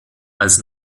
als